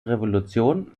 revolution